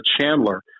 Chandler